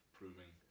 proving